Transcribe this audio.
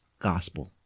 Gospel